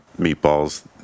meatballs